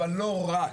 אבל לא רק.